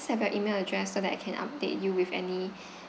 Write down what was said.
just have your email address so that I can update you with any